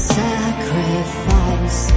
sacrifice